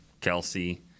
kelsey